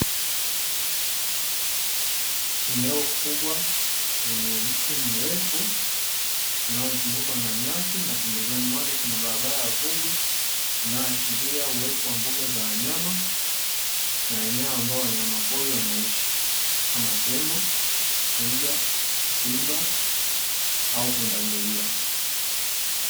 Eneo kubwa lenye mti mrefu unao ashiria mbuga za wanyama ambapo wanaishi kama vile simba, twiga ama pundamilia